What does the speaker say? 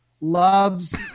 loves